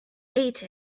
ate